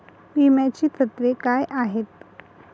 विम्याची तत्वे काय आहेत?